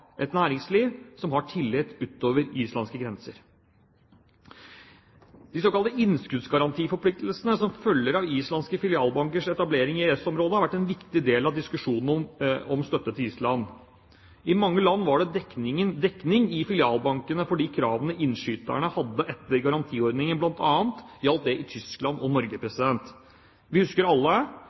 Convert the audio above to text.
et næringsliv som har tillit utover de islandske grenser. De såkalte innskuddsgarantiforpliktelsene som følger av islandske filialbankers etablering i EØS-området, har vært en viktig del av diskusjonen om støtte til Island. I mange land var det dekning i filialbankene for de kravene innskyterne hadde etter garantiordningen, bl.a. gjaldt det i Tyskland og Norge. Vi husker alle